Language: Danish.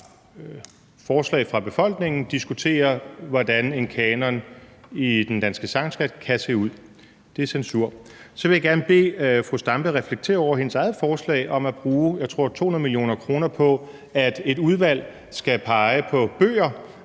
forslag fra befolkningen diskuterer, hvordan en kanon i den danske sangskat kan se ud. Det er censur. Så vil jeg gerne bede fru Zenia Stampe reflektere over sit eget forslag om at bruge 200 mio. kr., tror jeg, på, at et udvalg skal pege på bøger,